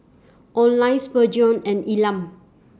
Oline Spurgeon and Elam